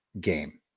game